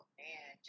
man